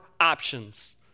options